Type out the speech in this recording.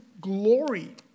glory